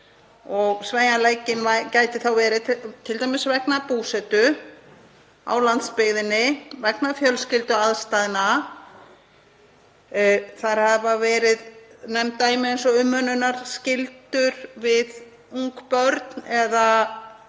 Sveigjanleiki gæti verið t.d. vegna búsetu á landsbyggðinni eða vegna fjölskylduaðstæðna. Það hafa verið nefnd dæmi eins og umönnunarskyldur við ung börn eða